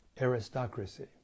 aristocracy